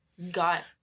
got